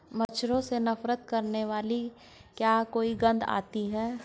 मच्छरों से नफरत करने वाली क्या कोई गंध आती है?